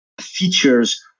features